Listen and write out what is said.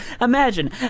Imagine